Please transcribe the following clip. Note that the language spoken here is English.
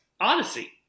Odyssey